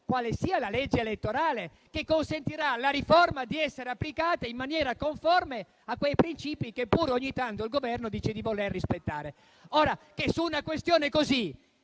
quale sia la legge elettorale che consentirà alla riforma di essere applicata in maniera conforme a quei principi che pure, ogni tanto, il Governo dice di voler rispettare. Che su un articolo così